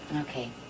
Okay